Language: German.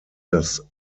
das